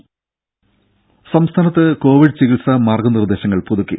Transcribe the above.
രും സംസ്ഥാനത്ത് കോവിഡ് ചികിത്സാ മാർഗനിർദേശങ്ങൾ പുതുക്കി